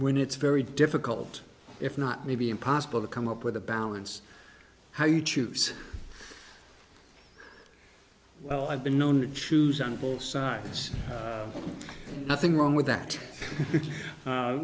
when it's very difficult if not maybe impossible to come up with a balance how you choose well i've been known to choose on both sides nothing wrong with that